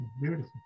beautiful